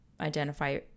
identify